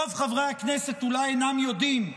רוב חברי הכנסת אולי אינם יודעים,